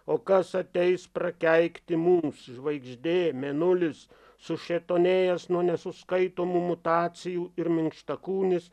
o kas ateis prakeikti mums žvaigždė mėnulis sušėtonėjęs nuo nesuskaitomų mutacijų ir minkštakūnis